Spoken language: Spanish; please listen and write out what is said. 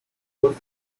golf